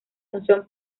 función